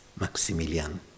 Maximilian